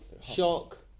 shock